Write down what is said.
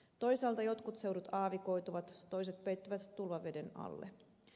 toisaalta jotkut seudut aavikoituvat toiset peittyvät tulvaveden alle